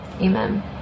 amen